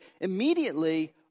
immediately